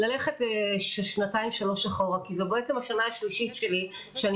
ללכת שנתיים שלוש אחורה כי זאת בעצם השנה השלישית שלי שאני